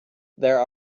there